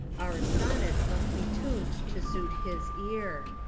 our sonnets must be tuned to suit his ear.